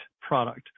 product